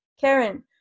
Karen